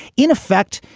in effect,